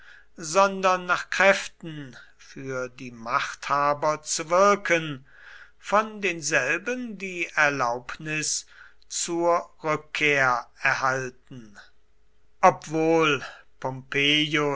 sondern nach kräften für die machthaber zu wirken von denselben die erlaubnis zur rückkehr erhalten obwohl